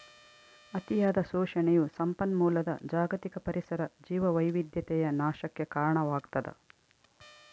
ಅತಿಯಾದ ಶೋಷಣೆಯು ಸಂಪನ್ಮೂಲದ ಜಾಗತಿಕ ಪರಿಸರ ಜೀವವೈವಿಧ್ಯತೆಯ ನಾಶಕ್ಕೆ ಕಾರಣವಾಗ್ತದ